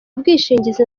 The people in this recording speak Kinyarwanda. bwishingizi